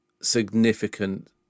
significant